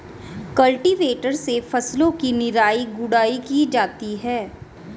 cultivator से फसलों की निराई गुड़ाई की जाती है